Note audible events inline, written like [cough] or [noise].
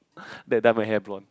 [breath] then dye my hair blonde